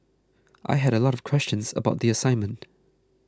I had a lot of questions about the assignment